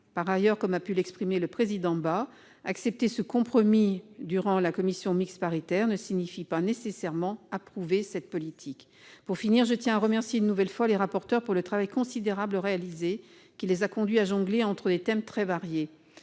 Par ailleurs, comme le président Philippe Bas l'a souligné, accepter ce compromis dans le cadre des travaux de la commission mixte paritaire ne signifie pas nécessairement approuver cette politique. Pour finir, je tiens à remercier une nouvelle fois les rapporteurs du travail considérable réalisé, qui les a conduits à jongler entre les thèmes très variés.